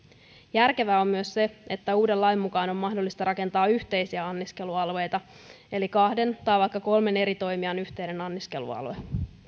järkevää on myös se että uuden lain mukaan on mahdollista rakentaa yhteisiä anniskelualueita eli kahden tai vaikka kolmen eri toimijan yhteinen anniskelualue